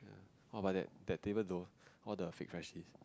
oh but that the table know all the fake Freshies